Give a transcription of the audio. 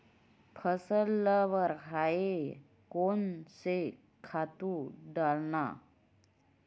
फसल ल बढ़ाय कोन से खातु डालन?